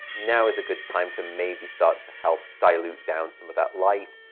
now is a good time to maybe start to help dilute down some of that light.